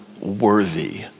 worthy